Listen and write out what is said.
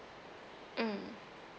mm